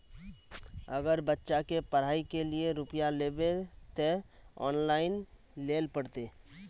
अगर बच्चा के पढ़ाई के लिये रुपया लेबे ते ऑनलाइन लेल पड़ते?